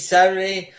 Saturday